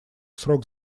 срок